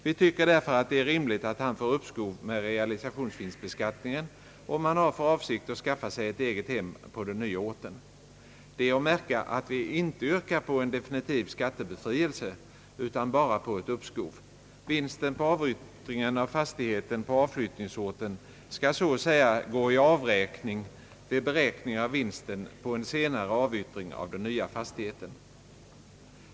Vi tycker därför att det är rimligt att han får uppskov med realisationsvinstbeskattningen, om han har för avsikt att skaffa sig ett eget hem på den nya orten. Det är att märka att vi inte yrkar på en definitiv skattebefrielse utan endast på ett uppskov. Vinsten på avyttringen av fastigheten på avflyttningsorten skall så att säga gå i avräkning vid beräkningen av vinsten på en senare avyttring av den nya fastigheten.